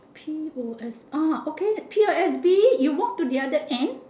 P O S ah okay P_O_S_B you walk to the other end